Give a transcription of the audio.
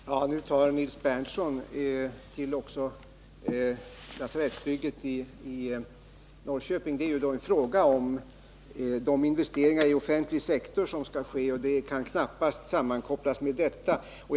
Fru talman! Nu tar Nils Berndtson till också lasarettsbygget i Norrköping. Det är en fråga om de investeringar i offentlig sektor som skall ske. och den kan knappast sammankopplas med den sak vi nu diskuterar.